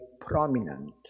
prominent